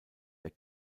der